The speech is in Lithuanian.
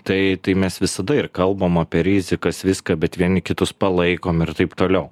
tai tai mes visada ir kalbam apie rizikas viską bet vieni kitus palaikom ir taip toliau